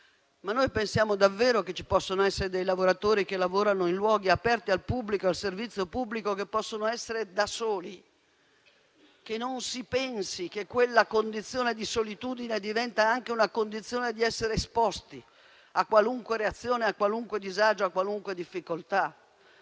Pensiamo davvero che ci possano essere dei lavoratori che lavorano in luoghi aperti al pubblico, al servizio pubblico, e che possono essere da soli e che non si pensi che quella condizione di solitudine diventa anche una condizione che li espone a qualunque reazione, a qualunque disagio, a qualunque difficoltà?